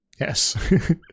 Yes